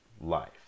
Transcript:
life